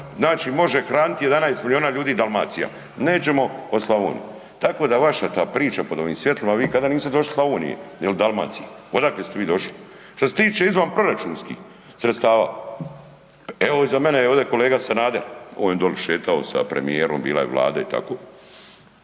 znači može hraniti 11 milijuna ljudi Dalmacija, nećemo o Slavoniji. Tako da vaša ta priča po ovim svjetlima, vi kao da nikada niste došli u Slavoniju ili Dalmaciju. Odakle ste vi došli? Što se tiče izvanproračunskih sredstava, evo iza mene je ovdje kolega Sanader, on je doli šetao sa premijerom bila je Vlada i tako,